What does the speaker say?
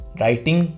writing